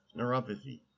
neuropathy